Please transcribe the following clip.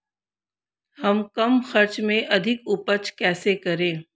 हम कम खर्च में अधिक उपज कैसे करें?